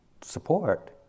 support